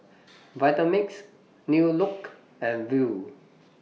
Vitamix New Look and Viu